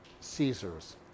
Caesar's